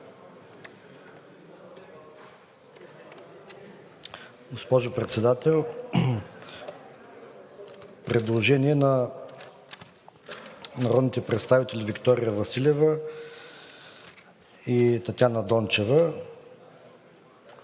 Госпожо Председател, има предложение на народните представители Виктория Василева и Татяна Дончева,